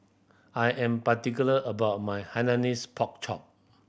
I am particular about my Hainanese Pork Chop